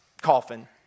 coffin